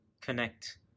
connect